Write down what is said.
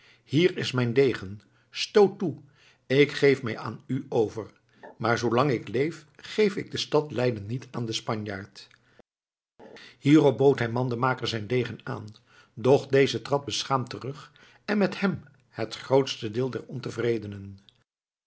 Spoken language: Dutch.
hier is mijn degen stoot toe ik geef mij aan u over maar zoolang ik leef geef ik de stad leiden niet aan den spanjaard hierop bood hij mandenmaker zijnen degen aan doch deze trad beschaamd terug en met hem het grootste deel der ontevredenen